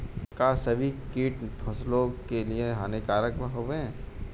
का सभी कीट फसलों के लिए हानिकारक हवें?